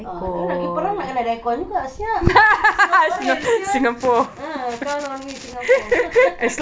ah dia orang nak pergi perang nak kena ada aircon juga sia kita singaporeans [siol] ah count on me singapore